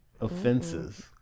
offenses